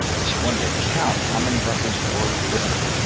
and she wanted to count how many records were visible.